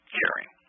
caring